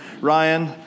Ryan